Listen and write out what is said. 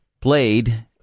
played